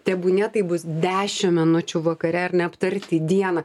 tebūnie tai bus dešim minučių vakare ar ne aptarti dieną